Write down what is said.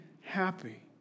happy